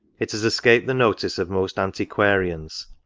it has escaped the notice of most antiquarians,